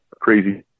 crazy